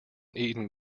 eaten